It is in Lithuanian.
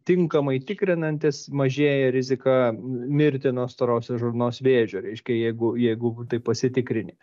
tinkamai tikrinantis mažėja rizika mirti nuo storosios žarnos vėžio reiškia jeigu jeigu taip pasitikrini